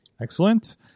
Excellent